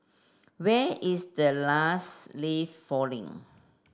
when is the last leaf falling